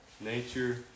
Nature